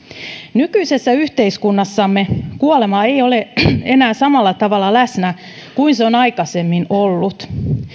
nykyisessä yhteiskunnassamme kuolema ei ei ole enää samalla tavalla läsnä kuin se on aikaisemmin ollut